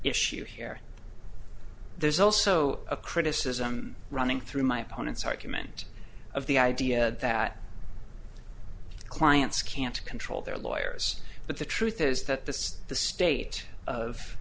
issue here there's also a criticism running through my opponent's argument of the idea that clients can't control their lawyers but the truth is that the the state of